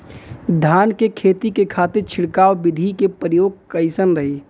धान के खेती के खातीर छिड़काव विधी के प्रयोग कइसन रही?